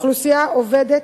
אוכלוסייה עובדת,